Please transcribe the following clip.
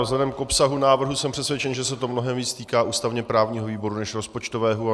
Vzhledem k obsahu návrhu jsem přesvědčen, že se to mnohem více týká ústavněprávního výboru než rozpočtového.